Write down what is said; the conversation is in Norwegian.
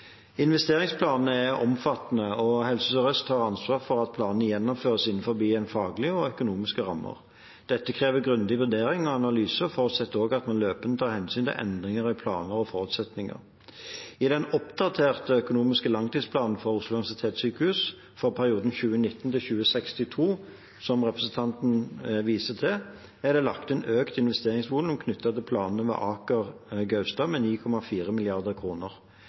Helse Sør-Øst har ansvar for at planene gjennomføres innenfor faglige og økonomiske rammer. Dette krever grundige vurderinger og analyser og forutsetter at man løpende tar hensyn til endringer i planer og forutsetninger. I den oppdaterte økonomiske langtidsplanen for Oslo universitetssykehus for perioden 2019–2062, som representanten Bøhler viser til, er det lagt inn økt investeringsvolum knyttet til planene ved Aker Gaustad med 9,4